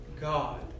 God